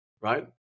right